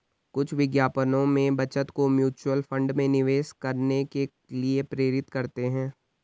कुछ विज्ञापनों में बचत को म्यूचुअल फंड में निवेश करने के लिए प्रेरित करते हैं